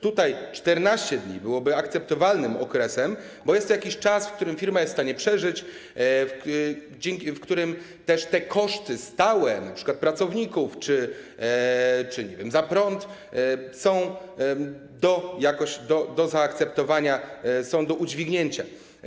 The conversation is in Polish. Tutaj 14 dni byłoby akceptowalnym okresem, bo jest to jakiś czas, w którym firma jest w stanie przeżyć, w którym koszty stałe, np. pracowników czy, nie wiem, za prąd, są jakoś do zaakceptowania, są do udźwignięcia.